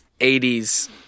80s